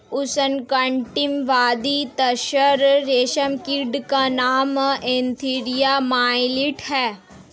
उष्णकटिबंधीय तसर रेशम कीट का नाम एन्थीरिया माइलिट्टा है